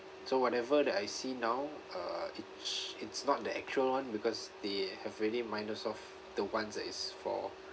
so whatever that I see now uh it's it's not the actual [one] because they have already minus off the ones that is for